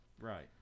Right